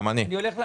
גם אני.